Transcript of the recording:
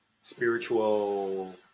spiritual